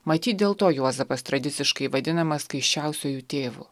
matyt dėl to juozapas tradiciškai vadinamas skaisčiausiuoju tėvu